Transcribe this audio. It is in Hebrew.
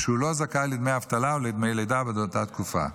ושהוא לא זכאי לדמי אבטלה או לדמי לידה בעד אותה תקופה.